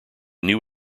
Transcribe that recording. new